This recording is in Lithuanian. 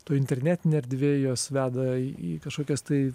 toj internetinėj erdvėj juos veda į į kažkokias tai